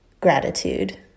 gratitude